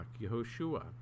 Yehoshua